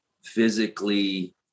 physically